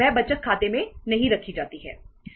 वह बचत खाते में नहीं रखी जाती है